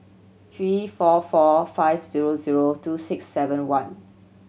three four four five zero zero two six seven one